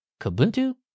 Kubuntu